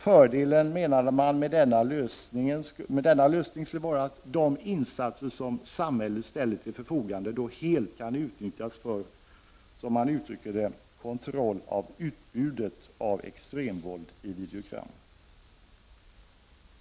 Fördelen med denna lösning skulle vara att de insatser som samhället ställer till förfogande då helt kan utnyttjas för, som man uttrycker det, kontroll av utbudet av extremvåld i videogram.